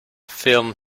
film